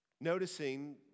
noticing